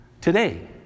Today